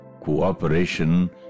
cooperation